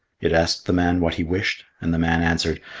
it asked the man what he wished, and the man answered,